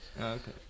Okay